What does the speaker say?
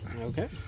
Okay